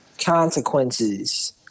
consequences